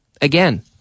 Again